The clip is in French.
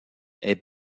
est